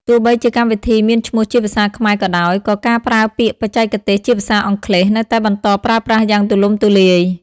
ទោះបីជាកម្មវិធីមានឈ្មោះជាភាសាខ្មែរក៏ដោយ ក៏ការប្រើពាក្យបច្ចេកទេសជាភាសាអង់គ្លេសនៅតែបន្តប្រើប្រាស់យ៉ាងទូលំទូលាយ។